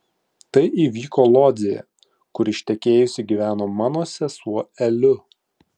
tai įvyko lodzėje kur ištekėjusi gyveno mano sesuo eliu